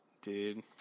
dude